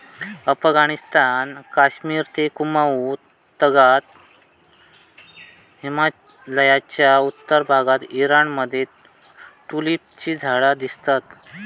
अफगणिस्तान, कश्मिर ते कुँमाउ तागत हिमलयाच्या उत्तर भागात ईराण मध्ये ट्युलिपची झाडा दिसतत